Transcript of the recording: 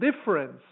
difference